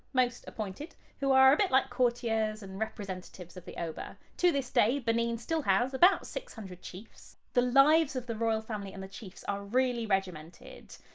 most appointed, who are a bit like courtiers and representatives of the oba. to this day, benin still has about six hundred chiefs. the lives of the royal family and the chiefs are really regimented.